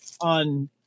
on